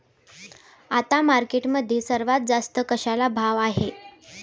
आता मार्केटमध्ये सर्वात जास्त कशाला भाव आहे?